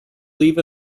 leave